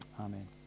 Amen